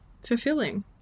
fulfilling